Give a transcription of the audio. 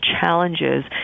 challenges